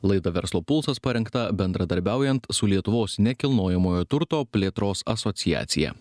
laida verslo pulsas parengta bendradarbiaujant su lietuvos nekilnojamojo turto plėtros asociacija